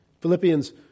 Philippians